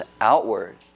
outward